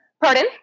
pardon